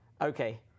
Okay